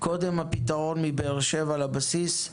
קודם הפתרון מבאר שבע לבסיס,